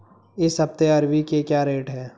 इस हफ्ते अरबी के क्या रेट हैं?